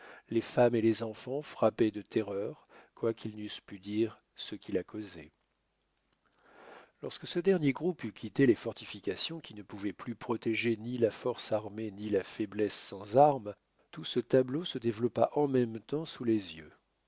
les femmes et les enfants frappés de terreur quoiqu'ils n'eussent pu dire ce qui la causait lorsque ce dernier groupe eut quitté les fortifications qui ne pouvaient plus protéger ni la force armée ni la faiblesse sans armes tout ce tableau se développa en même temps sous les yeux